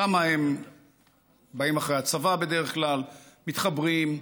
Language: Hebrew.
לשם הם באים, אחרי הצבא, בדרך כלל, מתחברים,